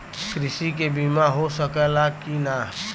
कृषि के बिमा हो सकला की ना?